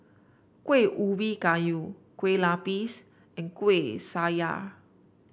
Kueh Ubi Kayu Kueh Lapis and Kuih Syara